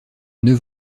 neuf